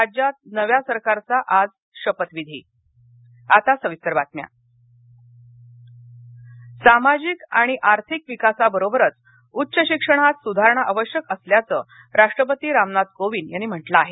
राज्यात नव्या सरकारचा आज शपथविधी कोविंद सामाजिक आणि आर्थिक विकासाबरोबरच उच्च शिक्षणात सुधारणा आवश्यक असल्याचं राष्ट्रपती रामनाथ कोविंद यांनी म्हटलं आहे